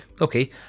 Okay